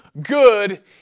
good